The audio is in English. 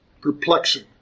perplexing